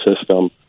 system